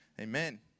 Amen